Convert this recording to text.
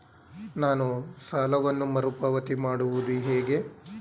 ನಾನು ಸಾಲವನ್ನು ಮರುಪಾವತಿ ಮಾಡುವುದು ಹೇಗೆ?